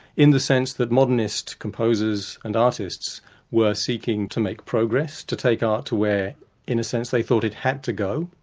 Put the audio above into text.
in the sense that modernist composers and artists were seeking to make progress, to take art to where in a sense they thought it had to go,